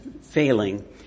failing